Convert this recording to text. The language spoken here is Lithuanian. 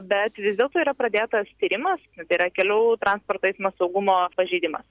bet vis dėlto yra pradėtas tyrimas tai yra kelių transporto eismo saugumo pažeidimas